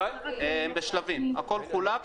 הן בשלבים, הכול חולק.